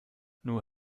nur